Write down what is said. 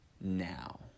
now